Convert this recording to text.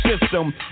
system